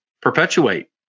perpetuate